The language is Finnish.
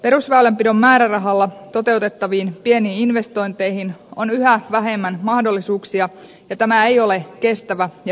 perusväylänpidon määrärahalla toteutettaviin pieniin investointeihin on yhä vähemmän mahdollisuuksia ja tämä ei ole kestävä ja hyvä kehitys